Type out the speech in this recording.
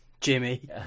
Jimmy